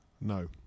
No